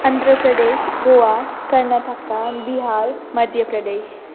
Andhra Pradesh Goa Karnataka Bihar Madhya Pradesh